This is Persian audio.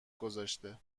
گذاشته